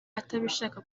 atabishaka